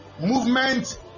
Movement